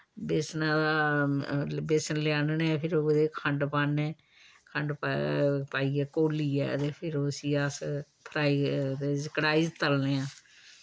बेसने दा बेसन लेई आह्न्ने फिर ओह्दे खंड पान्ने खंड पाइयै घोलियै ते फिर उस्सी अस फ्राई कड़ाई च तलने आं